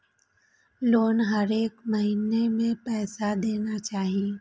Loan हरेक महीना में पैसा देना चाहि?